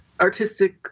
artistic